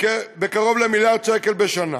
בקרוב למיליארד שקל בשנה.